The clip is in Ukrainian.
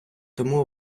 тому